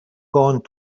going